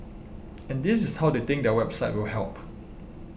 and this is how they think their website will help